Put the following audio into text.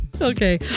Okay